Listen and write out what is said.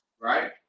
right